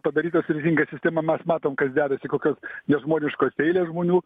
padaryta sudėtinga sistema mes matom kas dedasi kokios nežmoniškos eilės žmonių